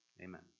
Amen